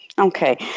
Okay